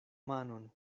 manon